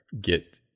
get